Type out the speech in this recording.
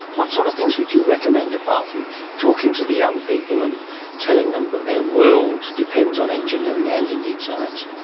what sort of things would you recommend, apart from talking to the young people and telling them that their world depends on engineering and indeed science?